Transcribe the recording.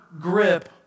grip